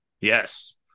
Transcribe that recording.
yes